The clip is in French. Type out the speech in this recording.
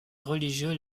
religieux